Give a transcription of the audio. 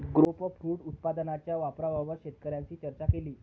grapefruit उत्पादनाच्या वापराबाबत शेतकऱ्यांशी चर्चा केली